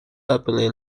appelés